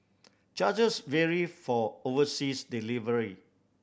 charges vary for overseas delivery